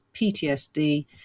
PTSD